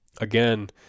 again